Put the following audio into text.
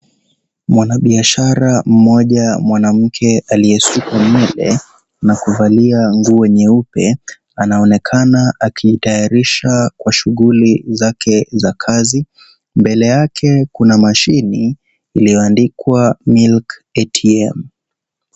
Mwanabiashara mmoja mwanamke aliyesuka nywele na kuvalia nguo nyeupe, anaonekana akijitayarisha kwa shighuli zake kazi, mbele yake kuna mashine iliyoandikwa Milk ATM.